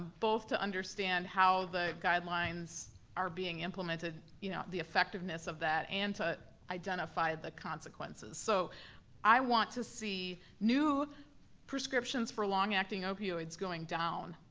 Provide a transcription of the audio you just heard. both to understand how the guidelines are being implemented, you know the effectiveness of that and to identify the consequences. so i want to see new prescriptions for long-acting opioids going down.